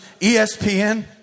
ESPN